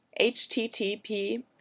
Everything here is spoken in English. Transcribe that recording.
Http